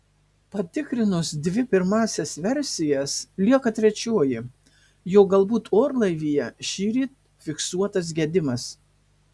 patikrinus dvi pirmąsias versijas lieka trečioji jog galbūt orlaivyje šįryt fiksuotas gedimas